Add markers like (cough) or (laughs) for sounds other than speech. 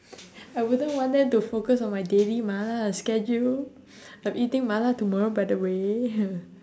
I wouldn't want them to focus on my daily mala schedule I'm eating mala tomorrow by the way (laughs)